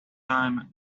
time